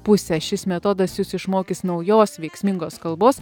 pusę šis metodas jus išmokys naujos veiksmingos kalbos